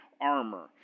armor